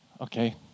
Okay